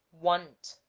want